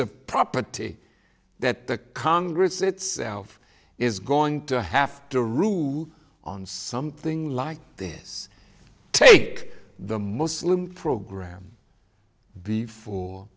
of property that the congress itself is going to have to rule on something like this take the muslim program be